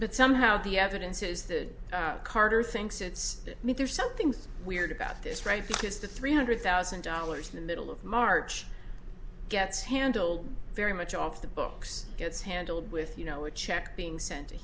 but somehow the evidence is that carter thinks it's me there something's weird about this right because the three hundred thousand dollars in the middle of march gets handled very much off the books gets handled with you know a check being sent to